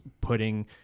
putting